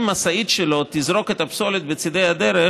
אם משאית שלו תזרוק את הפסולת בצידי הדרך,